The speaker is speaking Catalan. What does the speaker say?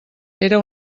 era